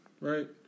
right